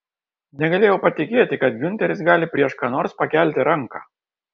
negalėjau patikėti kad giunteris gali prieš ką nors pakelti ranką